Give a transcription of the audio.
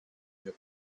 mio